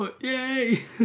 Yay